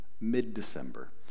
mid-December